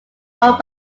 owned